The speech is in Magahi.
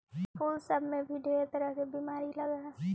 फूल सब में भी ढेर तरह के बीमारी लग जा हई